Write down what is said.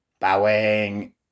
Bowing